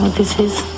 this is? is